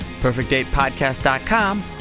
PerfectDatePodcast.com